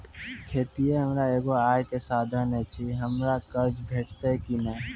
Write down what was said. खेतीये हमर एगो आय के साधन ऐछि, हमरा कर्ज भेटतै कि नै?